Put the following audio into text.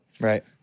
Right